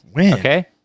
Okay